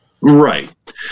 Right